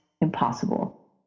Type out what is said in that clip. impossible